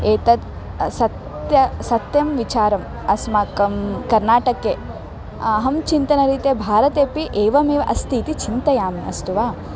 एतत् सत्यं सत्यं विचारम् अस्माकं कर्नाटके अहं चिन्तनरीत्या भारतेपि एवमेव अस्ति इति चिन्तयामि अस्तु वा